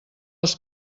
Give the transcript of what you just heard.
els